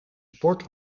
sport